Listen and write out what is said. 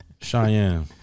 Cheyenne